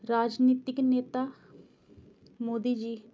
ਰਾਜਨੀਤਿਕ ਨੇਤਾ ਮੋਦੀ ਜੀ